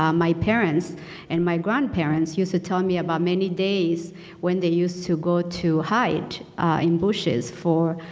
um my parents and my grandparents used to tell and me about many days when they used to go to hide in bushes for,